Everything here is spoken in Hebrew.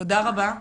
תודה רבה.